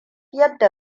yadda